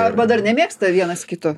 arba dar nemėgsta vienas kito